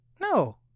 No